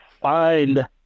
Find